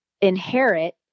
inherit